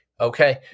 Okay